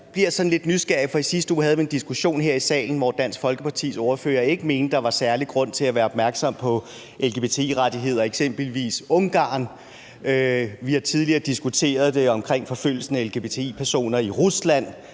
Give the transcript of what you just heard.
jeg bliver sådan lidt nysgerrig. For i sidste uge havde vi jo en diskussion her i salen, hvor Dansk Folkepartis ordfører ikke mente, der var særlig grund til at være opmærksom på lgbti-rettigheder i eksempelvis Ungarn. Og vi har tidligere diskuteret det omkring forfølgelsen af lgbti-personer i Rusland,